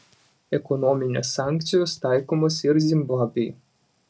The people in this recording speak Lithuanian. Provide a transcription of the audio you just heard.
ekonominės sankcijos taikomos ir zimbabvei